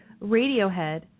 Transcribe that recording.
Radiohead